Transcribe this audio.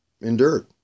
endured